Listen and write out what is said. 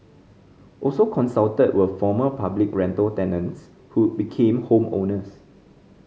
also consulted were former public rental tenants who became home owners